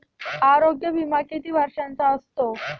आरोग्य विमा किती वर्षांचा असतो?